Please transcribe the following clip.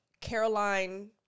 Caroline